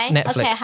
Netflix